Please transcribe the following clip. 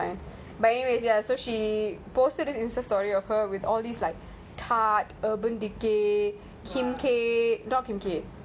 thick eh she'll put the